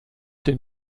den